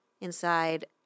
inside